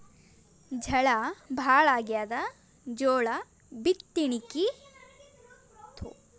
ಝಳಾ ಭಾಳಾಗ್ಯಾದ, ಜೋಳ ಬಿತ್ತಣಿಕಿ ಶುರು ಮಾಡಬೋದ?